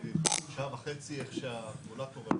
שעה וחצי עכשיו ---.